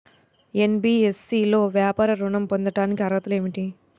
NBFC లో వ్యాపార ఋణం పొందటానికి అర్హతలు ఏమిటీ?